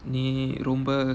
நீ ரொம்ப:nee romba